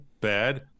bad